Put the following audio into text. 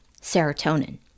serotonin